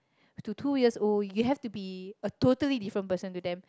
to two years old you have to be a totally different person to them